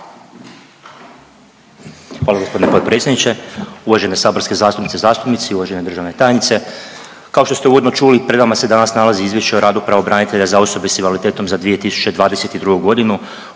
Hvala gospodine potpredsjedniče. Uvažene saborske zastupnice, zastupnici, uvažene državne tajnice kao što ste uvodno čuli pred vama se danas Izvješće o radu pravobranitelja za osobe s invaliditetom za 2022. godinu